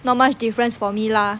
not much difference for me lah